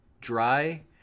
dry